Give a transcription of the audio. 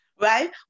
right